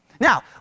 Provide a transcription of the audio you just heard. Now